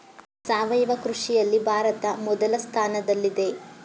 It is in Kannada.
ಸಾವಯವ ಕೃಷಿಯಲ್ಲಿ ಭಾರತ ಮೊದಲ ಸ್ಥಾನದಲ್ಲಿದೆ